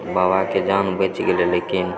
बाबाके जान बचि गेलय लेकिन